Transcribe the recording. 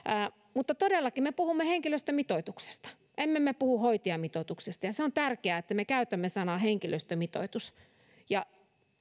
mutta todellakin me puhumme henkilöstömitoituksesta emme me puhu hoitajamitoituksesta se on tärkeää että me käytämme sanaa henkilöstömitoitus ja